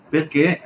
perché